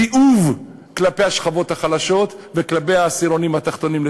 תיעוב כלפי השכבות החלשות וכלפי העשירונים התחתונים,